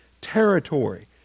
Territory